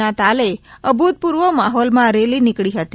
ના તાલે અજીતપૂર્ણ માહોલ માં રેલી નીકળી હતી